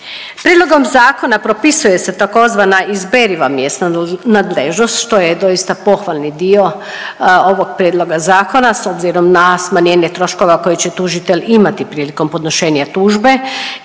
Prijedlogom zakona propisuje se tzv. izberiva mjesna nadležnost što je doista pohvalni dio ovog prijedloga zakona s obzirom na smanjenje troškova koji će tužitelj imati prilikom podnošenja tužbe